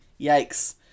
Yikes